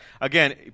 again